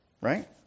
Right